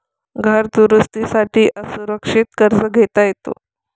घर दुरुस्ती साठी असुरक्षित कर्ज घेता येते